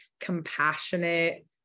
compassionate